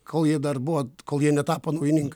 kol jie dar buvo kol jie netapo naujininkai